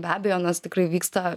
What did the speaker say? be abejo nes tikrai vyksta